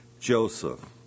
Joseph